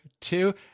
two